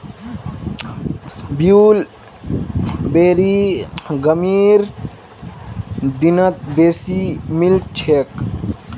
blueberry गर्मीर दिनत बेसी मिलछेक